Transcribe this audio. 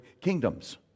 kingdoms